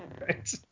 Right